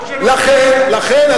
לכן,